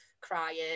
crying